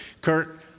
Kurt